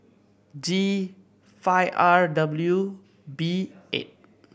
G five R W B eight